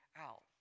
out